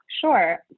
Sure